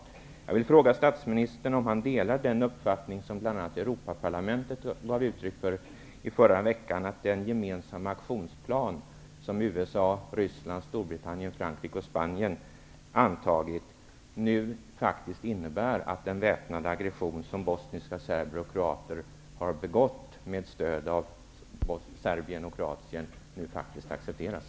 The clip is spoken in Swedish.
Jag vill fråga statsministern om han delar den uppfattning som bl.a. Europaparlamentet gav uttryck för under förra veckan, nämligen att den aktionsplan som USA, Ryssland, Storbritannien, Frankrike och Spanien har antagit nu faktiskt innebär att den väpnade aggression som bosniska serber och kroater med stöd av Serbien och Kroatien har begått accepteras.